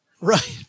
right